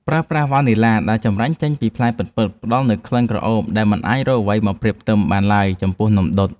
ប្រើប្រាស់វ៉ានីឡាដែលចម្រាញ់ចេញពីផ្លែពិតៗផ្ដល់នូវក្លិនក្រអូបដែលមិនអាចរកអ្វីមកប្រៀបផ្ទឹមបានឡើយចំពោះនំដុត។